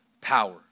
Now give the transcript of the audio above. power